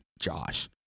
Josh